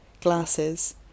glasses